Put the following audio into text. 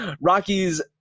Rockies